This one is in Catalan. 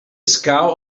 escau